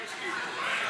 יש לי.